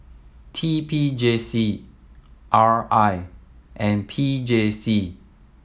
T P J C R I and P J C